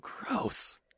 gross